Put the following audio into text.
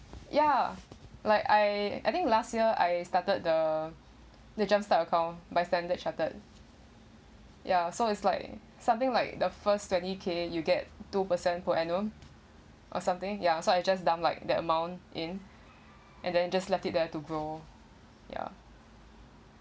ya like I I think last year I started the the jumpstart account by standard chartered ya so it's like something like the first twenty K you get two percent per annum or something ya so I just dump like the amount in and then just left it there to grow ya